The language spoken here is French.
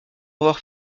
avoir